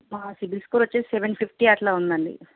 మా సిబిల్ స్కోర్ వచ్చేసి seven fifty అట్లా ఉందండి